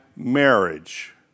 marriage